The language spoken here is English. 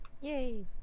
yay